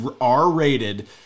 R-rated